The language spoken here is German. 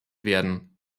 werden